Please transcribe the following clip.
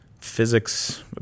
physics